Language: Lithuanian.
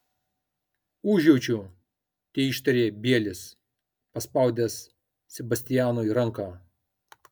užjaučiu teištarė bielis paspaudęs sebastianui ranką